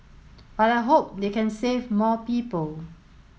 but I hope they can save more people